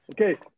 Okay